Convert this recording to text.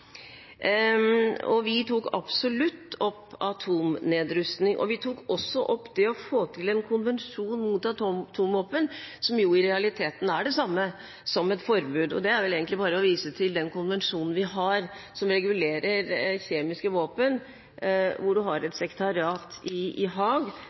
og vi tok absolutt opp atomnedrustning. Vi tok også opp det å få til en konvensjon mot atomvåpen, som i realiteten er det samme som et forbud. Det er vel egentlig bare å vise til den konvensjonen vi har som regulerer kjemiske våpen, hvor man har et sekretariat i